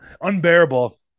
unbearable